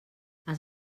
has